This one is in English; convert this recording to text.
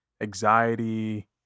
anxiety